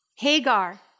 Hagar